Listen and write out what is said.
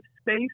space